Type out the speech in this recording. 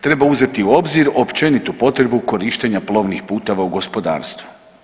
Treba uzeti u obzir općenitu potrebu korištenja plovnih puteva u gospodarstvu.